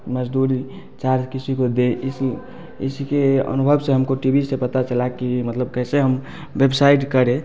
मज़दूरी चार्ज किसी को दें इसी इसी के अनुभव से हम को टी वी से पता चला कि मतलब कैसे हम बेबसाइट करें